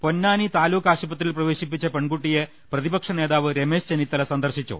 പൊന്നാനി താലൂക്ക് ആശു പത്രിയിൽ പ്രവേശിപ്പിച്ച പെൺകുട്ടിയെ പ്രതിപക്ഷ നേതാവ് രമേശ് ചെന്നിത്തലി സന്ദർശിച്ചു